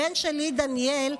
הבן שלי דניאל,